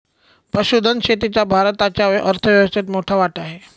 पशुधन शेतीचा भारताच्या अर्थव्यवस्थेत मोठा वाटा आहे